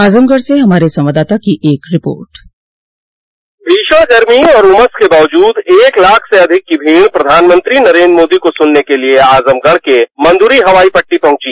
आजमगढ़ से हमारे संवाददाता की एक रिपोर्ट भीषण गर्मी और उमस के बावजूद एक लाख से अधिक की भीड़ प्रधानमंत्री नरेन्द्र मोदी को सुनने के लिए आजमगढ़ के मंद्री हवाई पट़टी पहुंची